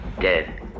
Dead